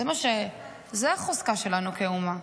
זו החוזקה שלנו כאומה.